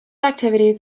activities